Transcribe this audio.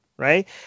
Right